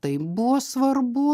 tai buvo svarbu